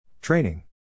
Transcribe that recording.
Training